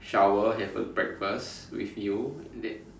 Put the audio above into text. shower have a breakfast with you then